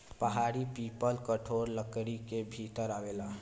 पहाड़ी पीपल कठोर लकड़ी के भीतर आवेला